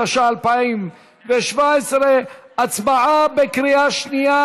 התשע"ח 2017. הצבעה בקריאה שנייה,